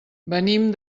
venim